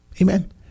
amen